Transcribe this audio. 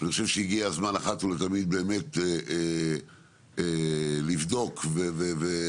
אני חושב שהגיע הזמן אחת ולתמיד שצריך לבדוק ולהטיל